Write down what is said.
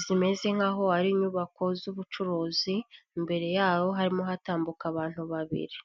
zimeze nk'aho ari inyubako z'ubucuruzi, imbere yaho harimo hatambuka abantu babiri.